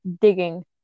digging